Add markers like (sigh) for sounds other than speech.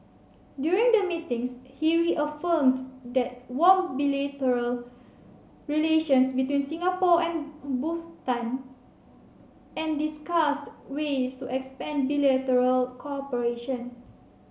during the meetings he reaffirmed the warm bilateral relations between Singapore and (hesitation) Bhutan and discussed ways to expand bilateral cooperation